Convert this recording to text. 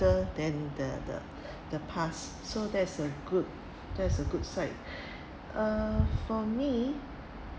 ~ter than the the the past so that is a good that is a good sight uh for me